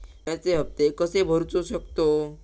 विम्याचे हप्ते कसे भरूचो शकतो?